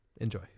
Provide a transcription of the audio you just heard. Enjoy